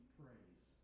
praise